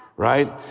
Right